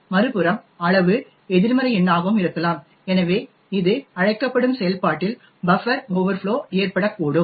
மறுபுறம் அளவு எதிர்மறை எண்ணாகவும் இருக்கலாம் எனவே இது அழைக்கப்படும் செயல்பாட்டில்பஃப்பர் ஓவர்ஃப்ளோ ஏற்படக்கூடும்